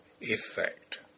effect